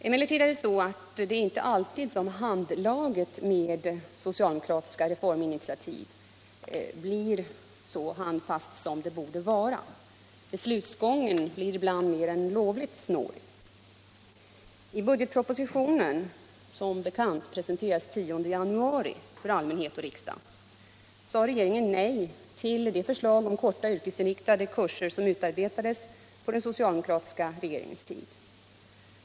Emellertid blir inte alltid handlaget med socialdemokratiska reforminitiativ så handfast som det borde vara. Beslutsgången blir ibland mer än lovligt snårig. I budgetpropositionen, vilken som bekant presenterades den 10 januari för allmänheten och riksdagen, sade regeringen nej till det förslag om korta, yrkesinriktade kurser som utarbetats under den socialdemokratiska regeringens tid.